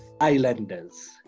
islanders